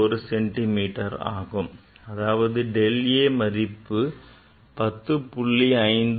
01 centimetre அதாவது delta a a மதிப்பு 10